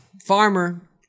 farmer